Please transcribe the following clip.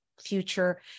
future